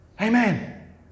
amen